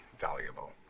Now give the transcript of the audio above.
valuable